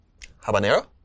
Habanero